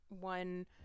one